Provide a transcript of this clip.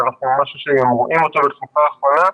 וזה משהו שאנחנו רואים בתקופה האחרונה,